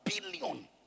billion